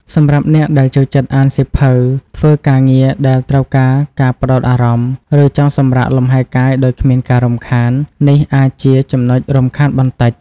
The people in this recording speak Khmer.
សម្រាប់អ្នកដែលចូលចិត្តអានសៀវភៅ ធ្វើការងារដែលត្រូវការការផ្តោតអារម្មណ៍ ឬចង់សម្រាកលំហែកាយដោយគ្មានការរំខាន នេះអាចជា ចំណុចរំខានបន្តិច។